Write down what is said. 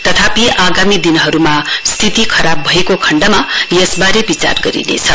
तथापि आगामी दिनहरूमा स्थिति खराब भएको खण्डमा यसबारे विचार गरिनेछ